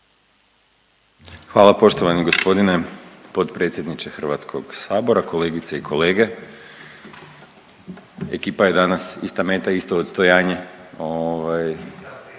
Hvala poštovani g. potpredsjedniče HS-a, kolegice i kolege. Ekipa je danas ista meta, isto odstojanje,